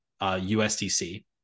USDC